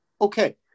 okay